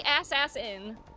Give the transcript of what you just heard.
assassin